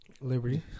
Liberty